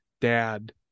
dad